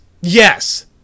Yes